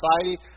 society